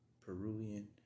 Peruvian